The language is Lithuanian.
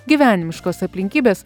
gyvenimiškos aplinkybės